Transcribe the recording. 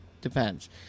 depends